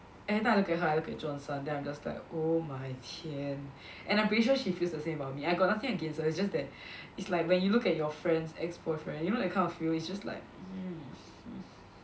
every time I look at her I look at Johnson then I'm just like oh my 天 and I'm pretty sure she feels the same about me I've got nothing against her it's just that is like when you look at your friend's ex boyfriend you know that kind of feel is just like